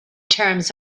terms